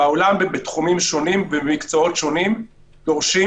בעולם בתחומים שונים ובמקצועות שונים דורשים